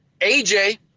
AJ